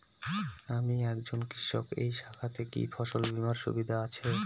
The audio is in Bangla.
আমি একজন কৃষক এই শাখাতে কি ফসল বীমার সুবিধা আছে?